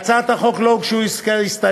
להצעת החוק לא הוגשו הסתייגויות,